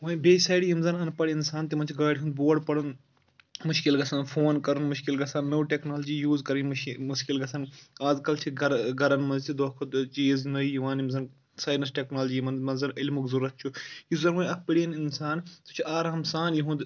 وۄنۍ بیٚیہِ سایِڈٕ یِم زَن اَن پَڑھ اِنسان تِمَن چھِ گاڑِ ہُنٛد بورڑ پَڑُن مُشکِل گَژھان فون کَرُن مُشکِل گَژھان نٔو ٹیٚکنالجی یوٗز کَرٕنۍ مُشکِل گَژھان آز کَل چھِ گَرَن منٛز تہِ دۄہ کھۄتہٕ دۄہ چیٖز نٔے یِوان یِم زَن سایِنَس ٹیٚکنالجی یِمَن منٛز زَن عِلمُک ضرورَت چھُ یُس زَن وۄنۍ اَکھ پٔڑیٖن اِنسان سُہ چھُ آرام سان یِہُنٛد